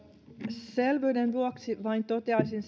selvyyden vuoksi vain toteaisin